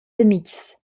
amitgs